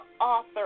author